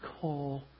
call